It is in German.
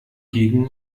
gegen